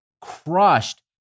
crushed